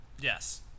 Yes